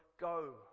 go